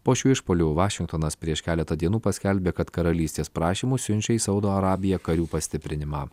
po šių išpuolių vašingtonas prieš keletą dienų paskelbė kad karalystės prašymu siunčia į saudo arabiją karių pastiprinimą